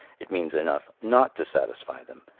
it means enough not to satisfy them,